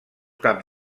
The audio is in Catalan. caps